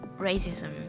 racism